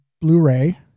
Blu-ray